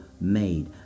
made